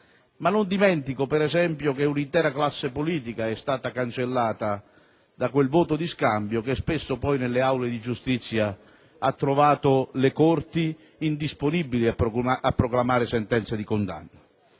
ma non dimentico, ad esempio, che un'intera classe politica è stata cancellata da quel voto di scambio che spesso poi, nelle aule di giustizia, ha trovato le corti indisponibili a proclamare sentenze di condanna.